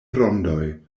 rondoj